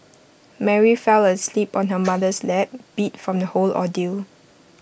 Mary fell asleep on her mother's lap beat from the whole ordeal